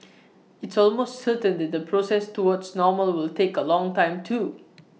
it's almost certain that the process towards normal will take A long time too